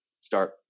start